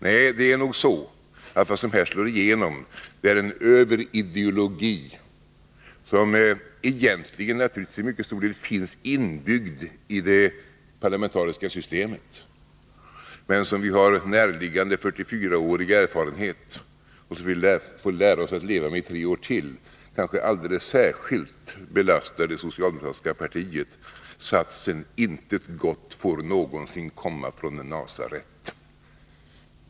Nej, det är nog så att vad som här slår igenom är en överideologi, som i mycket stor utsträckning finns inbyggd i det parlamentariska systemet, som vi har näraliggande 44-årig erfarenhet av, som vi lär få lära oss att leva med i tre år till och som kanske alldeles särskilt belastar det socialdemokratiska partiet: satsen att intet gott någonsin kan komma från Nasaret.